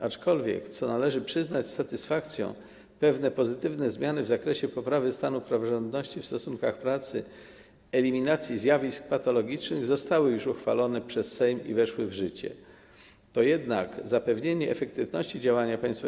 Aczkolwiek, co należy przyznać z satysfakcją, pewne pozytywne zmiany w zakresie poprawy stanu praworządności w stosunkach pracy, eliminacji zjawisk patologicznych zostały już uchwalone przez Sejm i weszły w życie, to jednak zapewnienie efektywności działania Państwowej